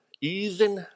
Easing